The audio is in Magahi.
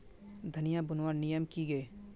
धनिया बूनवार नियम की गे?